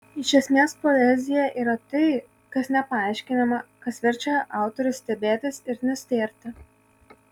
iš esmės poezija yra tai kas nepaaiškinama kas verčia autorių stebėtis ir nustėrti